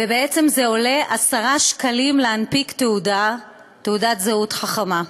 ובעצם זה עולה עשרה שקלים להנפיק תעודת זהות חכמה.